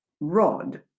rod